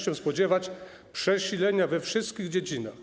się spodziewać przesilenia we wszystkich dziedzinach.